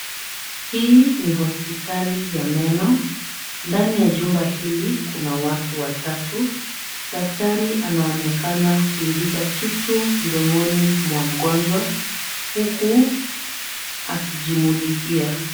Hii ni hospitali ya meno, ndani ya jumba hili, kuna watu watatu. Daktari anaonekana kuingiza kitu mdomoni mwa mgonjwa huku akijimulikia.